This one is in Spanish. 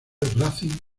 racing